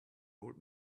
old